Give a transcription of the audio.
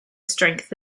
strength